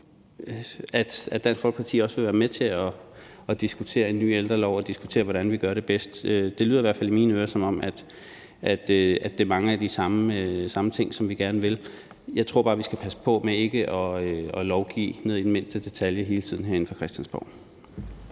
at Dansk Folkeparti også vil være med til at diskutere en ny ældrelov og til at diskutere, hvordan vi gør det bedst. Det lyder i hvert fald i mine ører, som om det er mange af de samme ting, vi gerne vil. Jeg tror bare, vi skal passe på med hele tiden at lovgive ned i mindste detalje herinde fra Christiansborg.